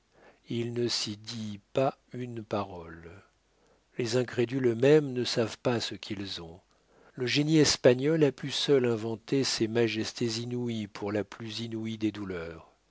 il ne s'y dit pas une parole les incrédules eux-mêmes ne savent pas ce qu'ils ont le génie espagnol a pu seul inventer ces majestés inouïes pour la plus inouïe des douleurs